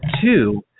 two